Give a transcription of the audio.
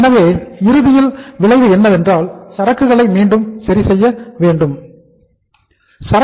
எனவே இறுதியில் விளைவு என்னவென்றால் சரக்குகளும் மீண்டும் சரி செய்யப்படுகின்றன